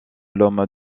l’homme